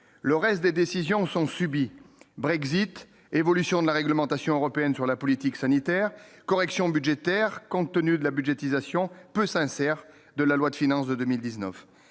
le reste des décisions sont subi Brexit évolution de la réglementation européenne sur la politique sanitaire correction budgétaire, compte tenu de la budgétisation peu sincère de la loi de finances de 2019